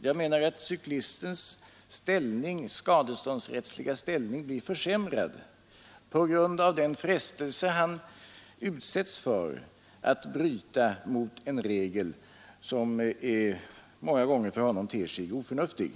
Jag menar att cyklistens skadeståndsrättsliga ställning blir försämrad på grund av den frestelse han utsätts för att bryta mot en regel som många gånger för honom ter sig oförnuftig.